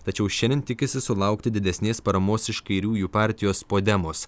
tačiau šiandien tikisi sulaukti didesnės paramos iš kairiųjų partijos podemos